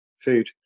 food